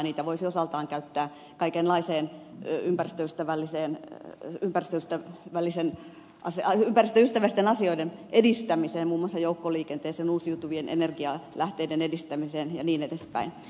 niitä voisi osaltaan käyttää kaikenlaiseen ympäristöystävällisten kun ympäristöstä valisen osia yhteisten asioiden edistämiseen muun muassa joukkoliikenteeseen uusiutuvien energialähteiden edistämiseen ja niin edelleen